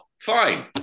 fine